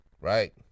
right